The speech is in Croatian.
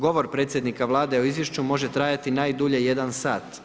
Govor predsjednika Vlade o izvješću može trajati najdulje 1 sat.